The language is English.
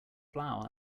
flour